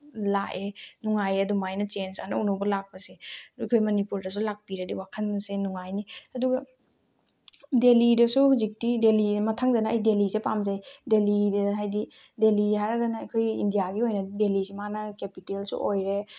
ꯂꯥꯛꯑꯦ ꯅꯨꯡꯉꯥꯏꯌꯦ ꯑꯗꯨꯃꯥꯏꯅ ꯆꯦꯟꯖ ꯑꯅꯧ ꯑꯅꯧꯕ ꯂꯥꯛꯄꯁꯦ ꯑꯩꯈꯣꯏ ꯃꯅꯤꯄꯨꯔꯗꯁꯨ ꯂꯥꯛꯄꯤꯔꯗꯤ ꯋꯥꯈꯟꯁꯦ ꯅꯨꯡꯉꯥꯏꯅꯤ ꯑꯗꯨꯒ ꯗꯦꯜꯂꯤꯗꯁꯨ ꯍꯧꯖꯤꯛꯇꯤ ꯗꯦꯜꯂꯤ ꯃꯊꯪꯗꯅ ꯑꯩ ꯗꯦꯜꯂꯤꯁꯦ ꯄꯥꯝꯖꯩ ꯗꯦꯜꯂꯤꯗ ꯍꯥꯏꯗꯤ ꯗꯦꯜꯂꯤ ꯍꯥꯏꯔꯒꯅ ꯑꯩꯈꯣꯏ ꯏꯟꯗꯤꯌꯥꯒꯤ ꯑꯣꯏꯅꯗꯤ ꯗꯦꯜꯂꯤꯁꯦ ꯃꯥꯅ ꯀꯦꯄꯤꯇꯦꯜꯁꯨ ꯑꯣꯏꯔꯦ